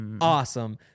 awesome